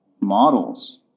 models